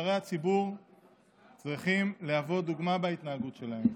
נבחרי הציבור צריכים להוות דוגמה בהתנהגות שלהם.